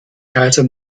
kaiser